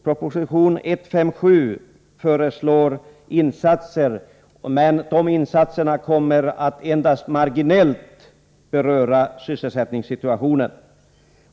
Proposition 157 föreslår insatser, men de insatserna kommer att endast marginellt beröra sysselsättningssituationen.